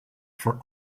for